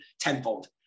tenfold